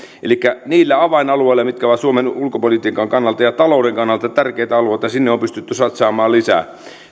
elikkä niille avainalueille mitkä ovat suomen ulkopolitiikan kannalta ja talouden kannalta tärkeitä alueita on pystytty satsaamaan lisää